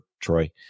Troy